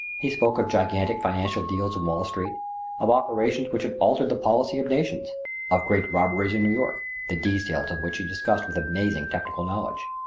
he spoke of gigantic financial deals in wall street of operations which had altered the policy of nations of great robberies in new york, the details of which he discussed with amazing technical knowledge.